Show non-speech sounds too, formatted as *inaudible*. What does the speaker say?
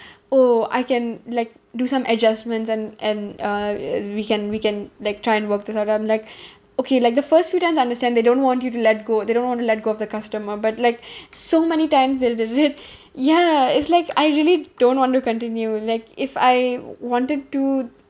*breath* oh I can like do some adjustments and and uh we can we can like try and work this out I'm like okay like the first few times I understand they don't want you to let go they don't want to let go of the customer but like *breath* so many times they did it *breath* ya it's like I really don't want to continue like if I wanted to